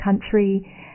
country